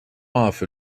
off